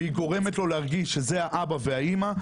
והיא גורמת לו להרגיש שזה האבא והאימא,